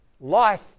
life